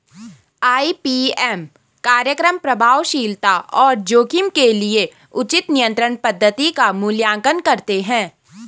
IPM कार्यक्रम प्रभावशीलता और जोखिम के लिए उचित नियंत्रण पद्धति का मूल्यांकन करते हैं